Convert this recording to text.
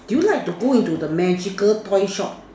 do you like to go into the magical toyshop